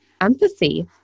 empathy